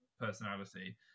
personality